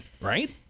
right